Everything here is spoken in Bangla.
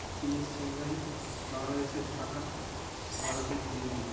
চীনের সাংহাই বাংলাদেশের ঢাকা ভারতের দিল্লি